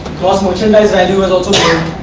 gross merchandise value has also yeah